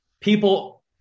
people